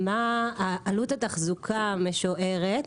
מה עלות התחזוקה המשוערת,